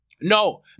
No